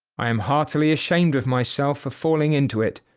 i am heartily ashamed of myself for falling into it,